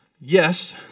yes